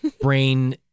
Brain